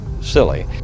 silly